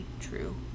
true